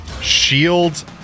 shield